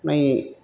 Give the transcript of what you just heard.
माने